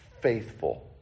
faithful